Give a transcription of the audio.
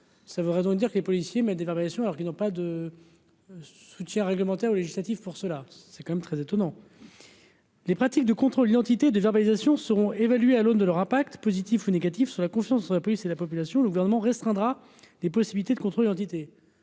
ça veut raison de dire que les policiers mais des variations alors qu'ils n'ont pas de soutien réglementaire ou législative pour cela, c'est quand même très étonnant. Les pratiques de contrôle une entité des organisations seront évaluées à l'aune de leur impact positif ou négatif sur la confiance, ça serait plus et la population le gouvernement restreindra les possibilités de contrôle identité